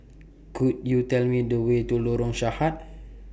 Could YOU Tell Me The Way to Lorong Sarhad